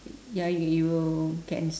ya you you can